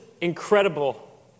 incredible